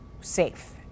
safe